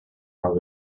are